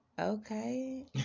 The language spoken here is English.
okay